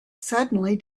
suddenly